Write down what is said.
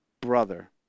brother